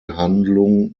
handlung